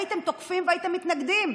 הייתם תוקפים והייתם מתנגדים.